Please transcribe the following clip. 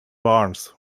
barnes